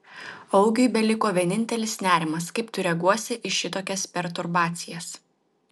augiui beliko vienintelis nerimas kaip tu reaguosi į šitokias perturbacijas